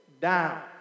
down